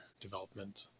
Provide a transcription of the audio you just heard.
development